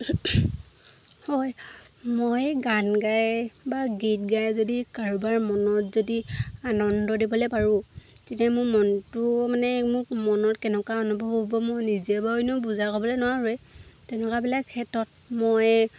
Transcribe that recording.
হয় মই গান গাই বা গীত গাই যদি কাৰোবাৰ মনত যদি আনন্দ দিবলৈ পাৰোঁ তেতিয়া মোৰ মনটো মানে মোৰ মনত কেনেকুৱা অনুভৱ হ'ব মই নিজে বাৰুনো বুজাই ক'বলৈ নোৱাৰোৱে তেনেকুৱাবিলাক ক্ষেত্ৰত মই